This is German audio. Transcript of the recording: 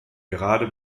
gerade